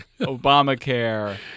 Obamacare